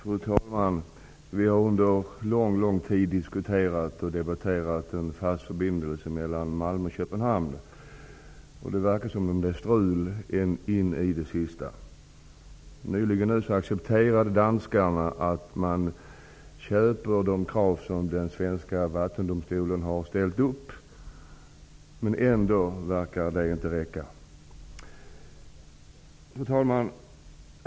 Fru talman! Vi har under lång tid diskuterat och debatterat en fast förbindelse mellan Malmö och Köpenhamn. Det verkar som det strular in i det sista. Nyligen accepterade danskarna att följa de krav som den svenska vattendomstolen ställt. Ändå verkar det inte räcka. Fru talman!